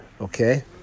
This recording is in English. Okay